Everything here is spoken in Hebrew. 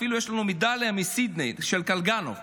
אפילו יש לנו מדליה מסידני של קלגנוב.